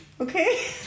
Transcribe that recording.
okay